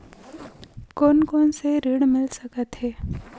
कोन कोन से ऋण मिल सकत हे?